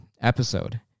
episode